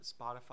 Spotify